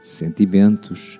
sentimentos